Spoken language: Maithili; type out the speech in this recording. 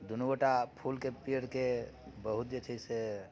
दूनो गोटा फूलके पेड़के बहुत जे छै से